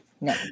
No